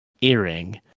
earring